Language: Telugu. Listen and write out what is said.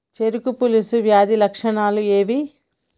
చెరుకు పొలుసు వ్యాధి లక్షణాలు ఏవి?